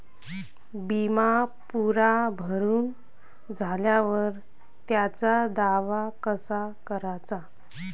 बिमा पुरा भरून झाल्यावर त्याचा दावा कसा कराचा?